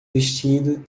vestido